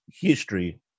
history